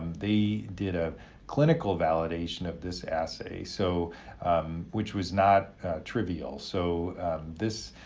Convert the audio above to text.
they did a clinical validation of this assay, so which was not trivial. so this,